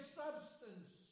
substance